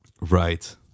Right